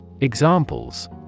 Examples